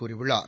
கூறியுள்ளார்